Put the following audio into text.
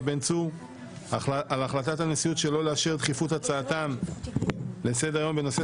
בן צור על החלטת הנשיאות שלא לאשר דחיפות הצעתם לסדר היום בנושא: